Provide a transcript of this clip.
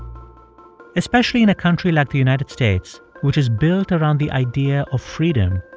especially in a country like the united states, which is built around the idea of freedom,